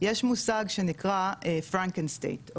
יש מושג שנקרא פרנקנסטייט,